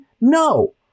No